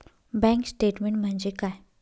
Bank statement म्हणजे काय?